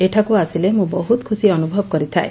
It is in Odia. ଏଠାକୁ ଆସିଲେ ମୁଁ ବହୁତ ଖୁସି ଅନୁଭବ କରିଥାଏ